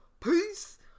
Peace